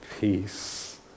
peace